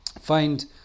find